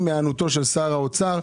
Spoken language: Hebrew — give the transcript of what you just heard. עם היענותו של שר האוצר,